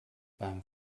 beim